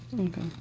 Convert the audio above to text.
Okay